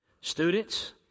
Students